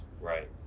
right